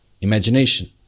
Imagination